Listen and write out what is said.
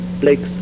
Blake's